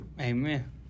Amen